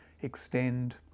extend